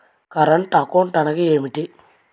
Current account అనగా ఏమిటి?